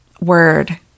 word